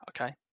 Okay